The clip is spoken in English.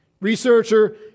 Researcher